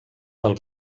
del